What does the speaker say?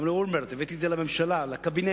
גם לאולמרט, הבאתי את זה לממשלה, לקבינט,